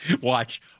Watch